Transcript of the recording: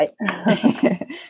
right